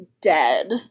dead